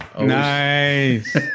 Nice